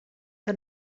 que